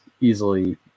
easily